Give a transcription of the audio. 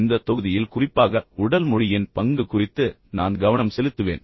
இந்த தொகுதியில் குறிப்பாக உடல் மொழியின் பங்கு குறித்து நான் கவனம் செலுத்துவேன்